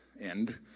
end